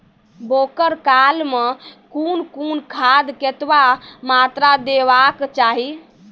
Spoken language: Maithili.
बौगक काल मे कून कून खाद केतबा मात्राम देबाक चाही?